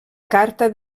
carta